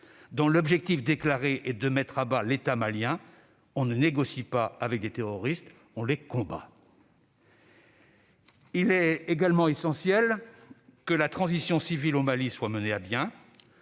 dont l'objectif déclaré est de mettre à bas l'État malien. On ne négocie pas avec des terroristes, on les combat ! Il est également essentiel que la transition civile au Mali soit menée à bien.